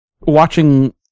watching